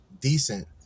decent